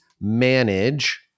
manage